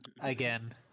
Again